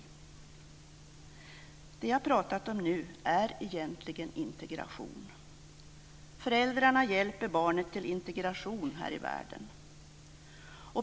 Det som jag har pratat om nu är egentligen integration. Föräldrarna hjälper barnet till integration här i världen.